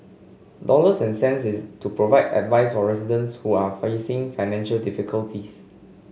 dollars and cents is to provide advice for residents who are facing financial difficulties